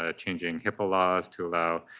ah changing hipaa laws to allow